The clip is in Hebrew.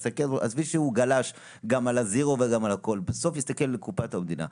עזבי שהוא גלש גם על הזירו וגם על הכל בסוף הסתכלו בקופת המדינה.